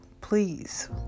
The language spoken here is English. please